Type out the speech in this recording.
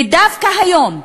ודווקא היום,